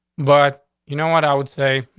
but you know what i would say?